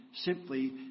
Simply